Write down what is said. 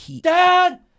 Dad